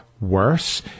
worse